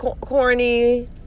corny